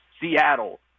Seattle